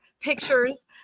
pictures